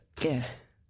yes